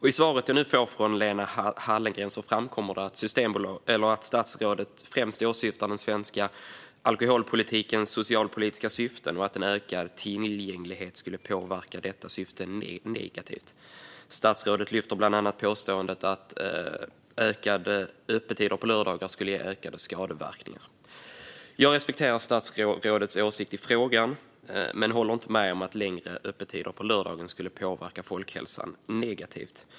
I det svar som jag nu får från Lena Hallengren framkommer det att statsrådet främst åberopar den svenska alkoholpolitikens socialpolitiska syften och att en ökad tillgänglighet skulle påverka dessa syften negativt. Statsrådet lyfter bland annat fram påståendet att ökade öppettider på lördagar skulle ge ökade skadeverkningar. Jag respekterar statsrådets åsikt i frågan, men jag håller inte med om att längre öppettider på lördagar skulle påverka folkhälsan negativt.